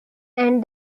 and